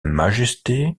majesté